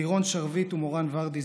לירון שרביט ומורן ורדי,